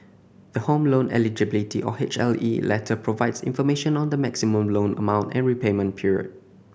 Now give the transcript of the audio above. the Home Loan Eligibility or H L E letter provides information on the maximum loan amount and repayment period